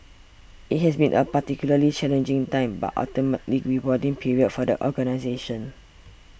it has been a particularly challenging time but ultimately rewarding period for the organisation